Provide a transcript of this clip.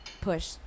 push